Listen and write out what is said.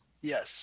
yes